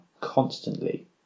constantly